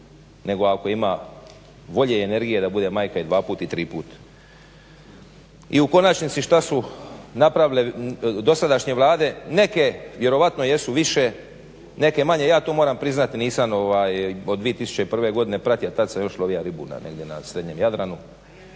nego ako ima volje i energije da bude majka i dvaput i triput. I u konačnici šta su napravile dosadašnje Vlade. Neke vjerojatno jesu više, neke manje. Ja to moram priznati nisam od 2001. godine pratio, tad sam još lovija ribu negdje na srednjem Jadranu,